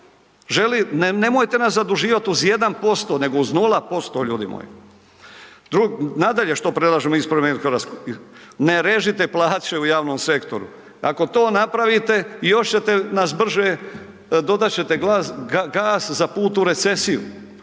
Nemojte nas zaduživat uz 1% nego uz 0% ljudi moji. Nadalje što predlažemo iz Promijenimo Hrvatsku, ne režite plaće u javnom sektoru, ako to napravite još ćete nas brže, dodat ćete gas za put u recesiju.